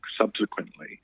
subsequently